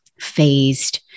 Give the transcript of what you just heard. phased